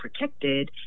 protected